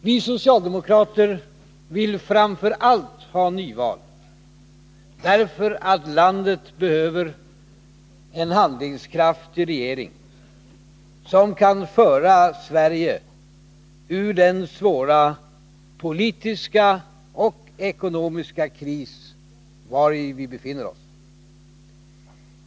Vi socialdemokrater vill framför allt ha nyval därför att landet behöver en handlingskraftig regering, som kan föra Sverige ur den svåra politiska och ekonomiska kris vari vi befinner oss.